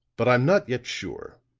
but i'm not yet sure.